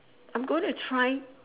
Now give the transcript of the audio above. I'm going to try